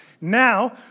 Now